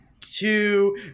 two